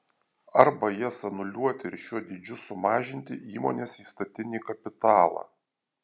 arba jas anuliuoti ir šiuo dydžiu sumažinti įmonės įstatinį kapitalą